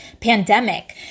pandemic